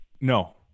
no